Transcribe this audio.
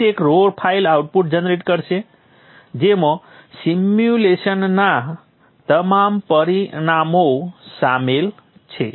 list એક raw file output generate કરશે જેમાં સિમ્યુલેશનના તમામ પરિણામો શામેલ છે